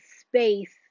space